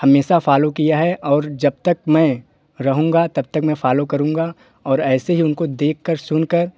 हमेशा फॉलो किया है और जब तक मैं रहूँगा तब तक मैं फॉलो करूँगा और ऐसे ही उनको देख कर सुन कर